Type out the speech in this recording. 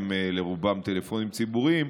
לרובם עוד אין טלפונים ציבוריים,